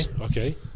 okay